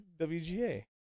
WGA